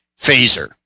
phaser